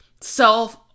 self